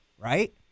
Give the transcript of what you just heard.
Right